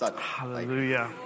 Hallelujah